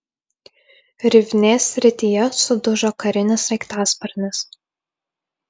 rivnės srityje sudužo karinis sraigtasparnis